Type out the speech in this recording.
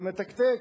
זה מתקתק.